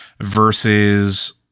versus